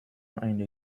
eine